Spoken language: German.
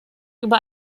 über